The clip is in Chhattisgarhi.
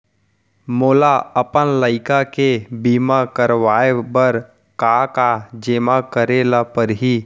मोला अपन लइका के बीमा करवाए बर का का जेमा करे ल परही?